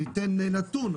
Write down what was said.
ניתן נתון,